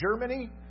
Germany